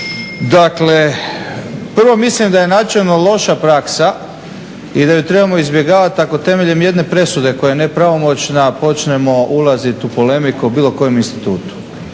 Dakle, prvo mislim da je načelno loša praksa i da ju trebamo izbjegavati, ako temeljem jedne presude koja je nepravomoćna počnemo ulazit u polemiku bilo kojem institutu,